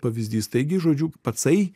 pavyzdys taigi žodžiu pacai